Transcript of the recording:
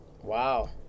Wow